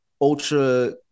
ultra